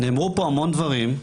נאמרו פה המון דברים,